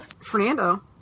fernando